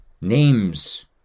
names